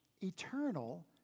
eternal